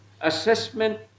assessment